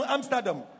Amsterdam